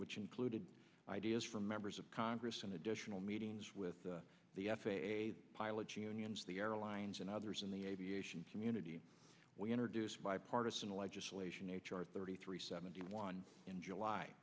which included ideas from members of congress and additional meetings with the f a a the pilots unions the airlines and others in the aviation community we introduced bipartisan legislation h r thirty three seventy one in july